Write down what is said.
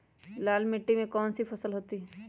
लाल मिट्टी में कौन सी फसल होती हैं?